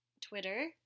Twitter